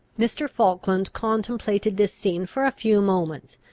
mr. falkland contemplated this scene for a few moments,